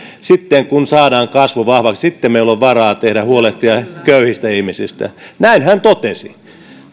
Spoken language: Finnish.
sitten kun saadaan kasvu vahvaksi meillä on varaa huolehtia köyhistä ihmisistä näin hän totesi